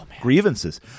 grievances